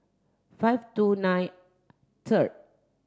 five two nine third